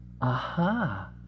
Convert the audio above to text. aha